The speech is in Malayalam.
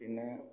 പിന്നെ